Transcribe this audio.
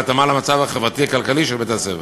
בהתאמה למצב החברתי-כלכלי של בית הספר.